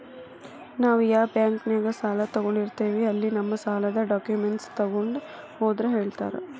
ನಾವ್ ಯಾ ಬಾಂಕ್ನ್ಯಾಗ ಸಾಲ ತೊಗೊಂಡಿರ್ತೇವಿ ಅಲ್ಲಿ ನಮ್ ಸಾಲದ್ ಡಾಕ್ಯುಮೆಂಟ್ಸ್ ತೊಗೊಂಡ್ ಹೋದ್ರ ಹೇಳ್ತಾರಾ